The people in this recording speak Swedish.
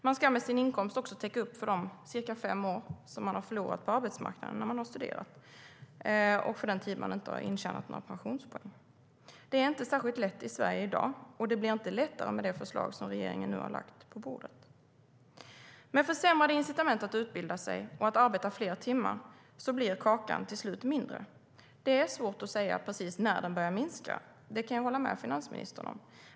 Man ska också med sin inkomst täcka upp för de cirka fem år på arbetsmarknaden som man har förlorat när man har studerat och för den tid man inte har intjänat några pensionspoäng. Det är inte särskilt lätt i Sverige i dag, och det blir inte lättare med det förslag som regeringen nu har lagt på bordet. Med försämrade incitament att utbilda sig och att arbeta fler timmar blir kakan till slut mindre. Det är svårt att säga precis när den börjar minska; det kan jag hålla med finansministern om.